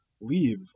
leave